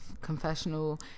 confessional